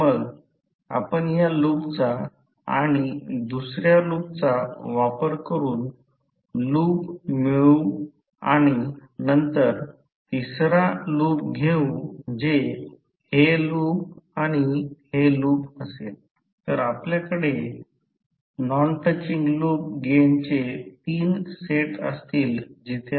मग दोन लूप आहेत जर एक लूपमधून टाईम सोबत बदलणारा करंट वाहत आहे आणि दुसऱ्या लूपमध्ये काही फ्लक्स असेल तो दुसर्या कॉइलला जोडला जात आहे आणि ते प्रत्यक्षात मग्नेटीकली कपल्ड असल्याचे म्हटले जाते